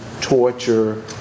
torture